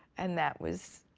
and that was